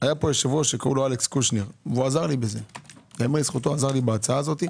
היה פה יושב-ראש אלכס קושניר ולזכותו ייאמר הוא עזר לי בהצעה הזו.